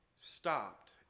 stopped